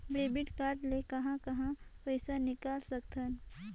Debit card ले कहां कहां पइसा निकाल सकथन?